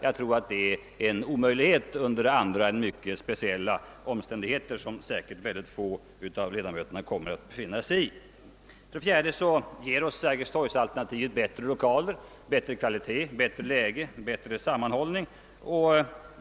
Jag tror att det är en omöjlighet under andra än mycket speciella omständigheter, som säkert mycket få av ledamöterna kommer att befinna sig i. Sergels torg-alternativet ger oss vidare bättre lokaler, bättre kvalitet, bättre läge, bättre koncentration.